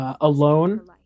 Alone